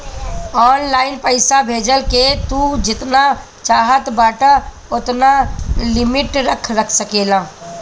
online पईसा भेजला के तू जेतना चाहत बाटअ ओतना लिमिट रख सकेला